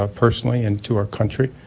ah personally and to our country.